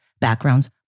backgrounds